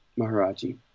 Maharaji